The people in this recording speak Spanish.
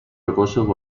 rocosos